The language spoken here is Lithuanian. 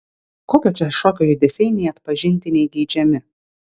kokio čia šokio judesiai nei atpažinti nei geidžiami